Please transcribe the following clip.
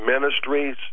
ministries